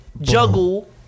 juggle